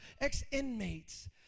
ex-inmates